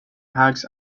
hawks